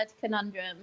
conundrum